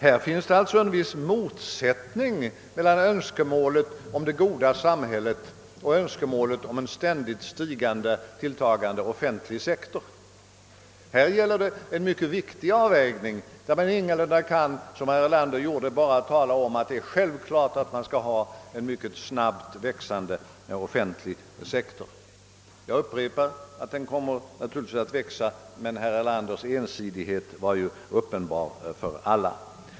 Här finns alltså en viss motsättning mellan önskemålet om det goda samhället och önskemålet om en ständigt tilltagande offentlig sektor. Det är en mycket viktig avvägning — man kan ingalunda som herr Erlander gjorde tala om att det är självklart att man skall ha en snabbt växande offentlig sektor. Jag upprepar att den naturligtvis kommer att växa; men att herr Erlanders uttalande var alltför ensidigt måste vara uppenbart för alla.